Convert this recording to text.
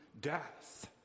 death